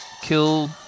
Kill